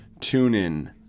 TuneIn